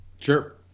Sure